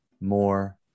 more